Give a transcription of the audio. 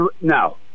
no